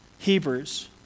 Hebrews